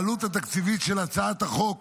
העלות התקציבית של הצעת החוק